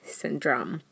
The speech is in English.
syndrome